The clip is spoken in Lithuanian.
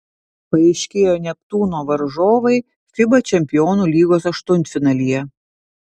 paaiškėjo neptūno varžovai fiba čempionų lygos aštuntfinalyje